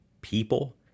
people